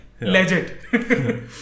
Legit